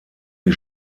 die